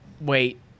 wait